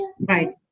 Right